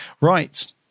right